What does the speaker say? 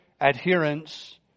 adherence